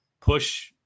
push –